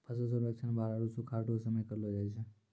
फसल सर्वेक्षण बाढ़ आरु सुखाढ़ रो समय करलो जाय छै